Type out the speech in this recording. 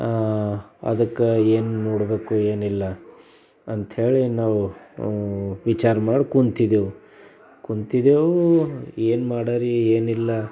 ಅದಕ್ಕೆ ಏನು ನೋಡಬೇಕು ಏನು ಇಲ್ಲ ಅಂಥೇಳಿ ನಾವು ವಿಚಾರ ಮಾಡಿ ಕೂತಿದ್ದೆವು ಕೂತಿದ್ದೆವು ಏನು ಮಾಡಾರಿ ಏನಿಲ್ಲ